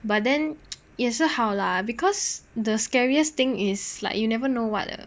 but then 也是好 lah because the scariest thing is like you never know what err